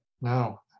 no